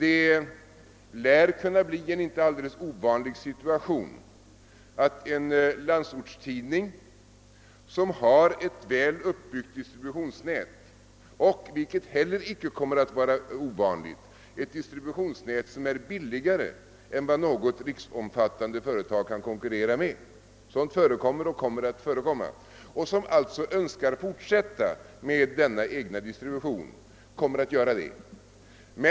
En inte alldeles ovanlig situation kan uppstå när en landsortstidning har ett väl uppbyggt distributionsnät som — vilket inte heller lär vara ovanligt — är billigare än vad något riksomfattande företag kan komma med och tidningen alltså önskar fortsätta med denna egna distribution och komer att göra så. Detta förekommer och kommer att förekomma.